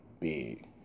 big